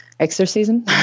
exorcism